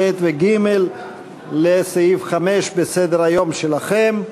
ב' וג' לסעיף 5 בסדר-היום שלכם.